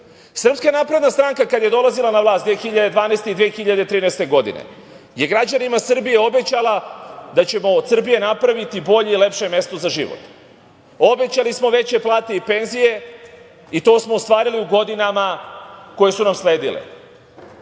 DS.Srpska napredna stranka kada je dolazila na vlast 2012. i 2013. godine je građanima Srbije obećala da ćemo od Srbije napraviti bolje i lepše mesto za život. Obećali smo veće plate i penzije i to smo ostvarili u godinama koje su nam sledile.